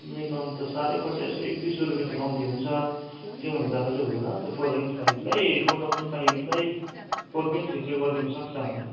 मिलाउनु त साह्रै पर्छ यसो एक दुई सय रुपियाँ चाहिँ कम्ती हुन्छ त्योभन्दा ज्यादा चाहिँ हुँदैन त्यो फोर हन्ड्रेड फाइभलाई फोर थाउजन फाइभलाई फोर पोइन्ट थ्री चाहिँ गरिदिनु सक्छ हामी